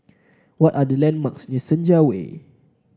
what are the landmarks near Senja Way